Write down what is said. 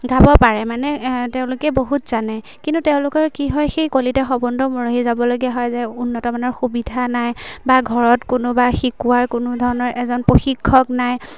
গাব পাৰে মানে তেওঁলোকে বহুত জানে কিন্তু তেওঁলোকৰ কি হয় সেই কলিতে সপোনটো মৰহি যাবলগীয়া হয় যে উন্নত মানৰ সুবিধা নাই বা ঘৰত কোনোবা শিকোৱাৰ কোনো ধৰণৰ এজন প্ৰশিক্ষক নাই